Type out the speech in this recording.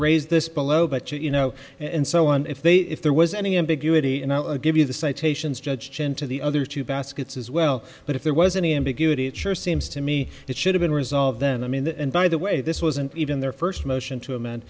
raise this below but you know and so on if they if there was any ambiguity and i'll give you the citations judge chin to the other two baskets as well but if there was any ambiguity it sure seems to me it should have been resolved then i mean and by the way this wasn't even their first motion to a